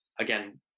again